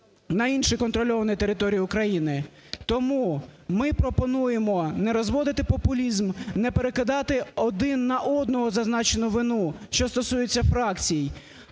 на іншій контрольованій території України. Тому ми пропонуємо не розводити популізм, не перекидати один на одного зазначену вину, що стосується фракцій,